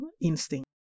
instinct